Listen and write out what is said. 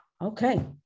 okay